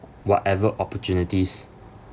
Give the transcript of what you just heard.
whatever opportunities